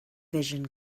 vision